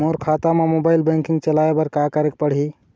मोर खाता मा mobile banking चलाए बर का करेक पड़ही?